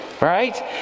right